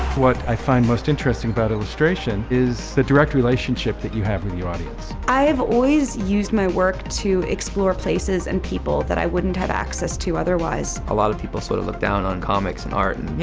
what i find most interesting about illustration is the direct relationship that you have with your audience. i have always used my work to explore places and people that i wouldn't have access to otherwise. a lot of people sort of look down on comics and art. and, you